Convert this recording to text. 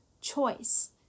choice